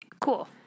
Cool